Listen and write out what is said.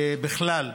ובכלל,